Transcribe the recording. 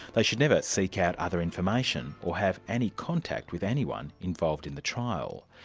they should never seek out other information or have any contact with anyone involved in the trial.